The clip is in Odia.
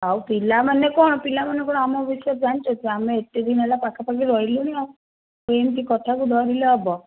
ଆଉ ପିଲାମାନେ କ'ଣ ପିଲାମାନେ କ'ଣ ଆମ ବିଷୟରେ ଜାଣିଛନ୍ତି ଆମେ ଏତେ ଦିନ ହେଲା ପାଖାପାଖି ରହିଲେଣି ଆଉ ଏମିତି କଥାକୁ ଧରିଲେ ହେବ